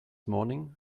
morning